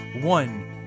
one